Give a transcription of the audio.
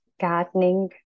gardening